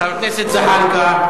חבר הכנסת זחאלקה.